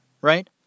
right